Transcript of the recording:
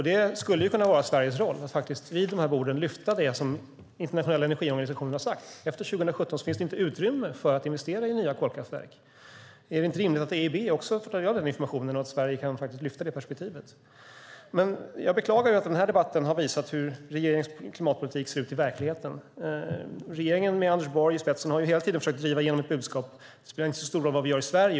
Det skulle kunna vara Sveriges roll att vid dessa bord lyfta fram det som internationella energiorganisationer har sagt. Efter 2017 finns det inte utrymme för att investera i nya kolkraftverk. Är det inte rimligt att EIB också får ta del av den informationen och att Sverige kan lyfta fram det perspektivet? Den här debatten har visat hur regeringens beklagliga klimatpolitik ser ut i verkligheten. Regeringen med Anders Borg i spetsen har hela tiden försökt driva igenom budskapet att det inte spelar så stor roll vad vi gör i Sverige.